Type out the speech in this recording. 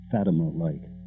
Fatima-like